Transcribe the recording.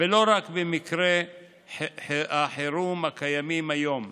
ולא רק במקרי החירום הקיימים היום.